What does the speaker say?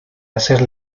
hacer